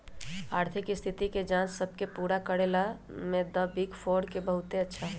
आर्थिक स्थिति के जांच सब के पूरा करे में द बिग फोर के बहुत अच्छा हई